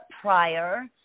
prior